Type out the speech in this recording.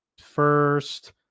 first